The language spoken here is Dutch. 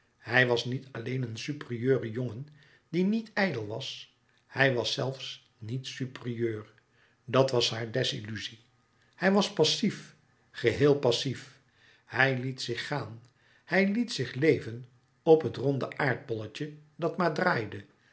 hij was niet alleen een superieure jongen die niet ijdel was hij was zelfs niet superieur dat was haar desilluzie hij was passief geheel passief hij liet zich gaan hij liet zich leven op het ronde aardbolletje dat maar draaide